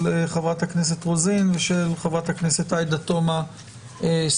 חברת הכנסת רוזין ושל חברת הכנסת עאידה תומא סלימאן,